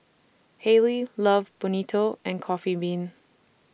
Haylee Love Bonito and Coffee Bean